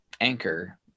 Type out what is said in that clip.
Anchor